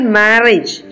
marriage